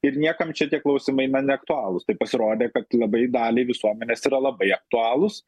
ir niekam čia tie klausimai na neaktualūs tai pasirodė kad labai daliai visuomenės yra labai aktualūs